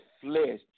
flesh